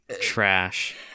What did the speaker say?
Trash